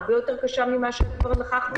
הרבה יותר קשה ממה שכבר נכחנו.